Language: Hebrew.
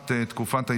(חובת דיווח),